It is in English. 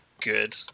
good